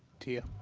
tia?